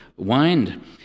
Wine